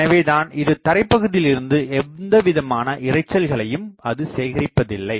எனவே தான் இது தரைப்பகுதியில் இருந்து எந்தவிதமான இரைச்சல் களையும் அது சேகரிப்பது இல்லை